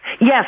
Yes